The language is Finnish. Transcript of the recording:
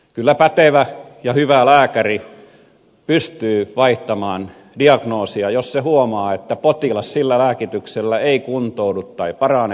kyllä pätevä ja hyvä lääkäri pystyy vaihtamaan diagnoosia jos se huomaa että potilas sillä lääkityksellä ei kuntoudu tai parane